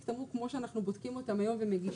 התמרוק כמו שאנחנו בודקים אותם היום ומגישים.